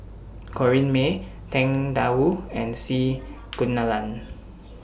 Corrinne May Tang DA Wu and C Kunalan